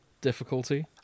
difficulty